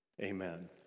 Amen